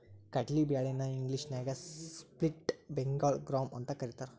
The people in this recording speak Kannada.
ಕಡ್ಲಿ ಬ್ಯಾಳಿ ನ ಇಂಗ್ಲೇಷನ್ಯಾಗ ಸ್ಪ್ಲಿಟ್ ಬೆಂಗಾಳ್ ಗ್ರಾಂ ಅಂತಕರೇತಾರ